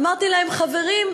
אמרתי להם: חברים,